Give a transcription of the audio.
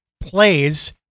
plays